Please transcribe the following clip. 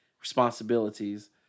responsibilities